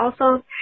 awesome